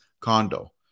condo